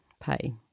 pay